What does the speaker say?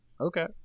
Okay